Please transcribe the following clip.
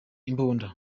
imbunda